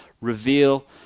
reveal